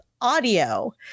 audio